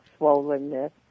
swollenness